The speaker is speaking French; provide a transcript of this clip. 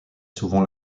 souvent